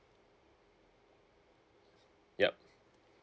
yup